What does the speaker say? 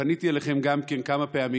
פניתי אליכם גם כן כמה פעמים,